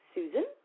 Susan